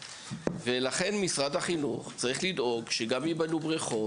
לכן משרד החינוך צריך לדאוג שגם ייבנו בריכות